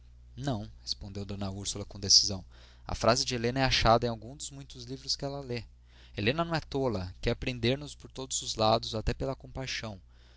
não respondeu d úrsula com decisão a frase de helena é achada em algum dos muitos livros que ela lê helena não é tola quer prender-nos por todos os lados até pela compaixão